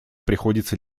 приходится